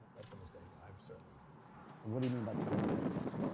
that's a mistake i've certainly made what do you mean by trivial crap? well.